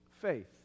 faith